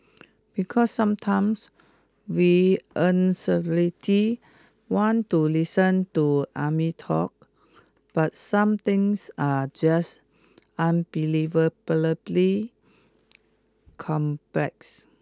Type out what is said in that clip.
because sometimes we want to listen to army talk but some things are just unbelievably complex